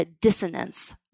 dissonance